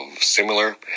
similar